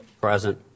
Present